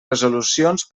resolucions